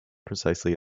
precisely